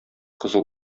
кызыл